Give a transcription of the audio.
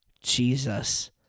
Jesus